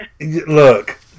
look